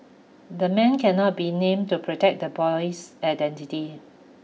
the man cannot be named to protect the boy's identity